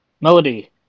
Melody